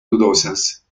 dudosas